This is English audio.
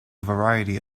variety